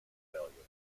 valuable